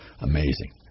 amazing